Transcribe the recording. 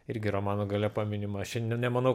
irgi romano gale paminima šiandien nemanau